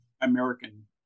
American